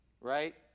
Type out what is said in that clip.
right